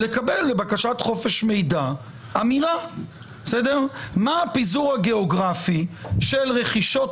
לקבל מידע לגבי הפיזור הגיאוגרפי של רכישות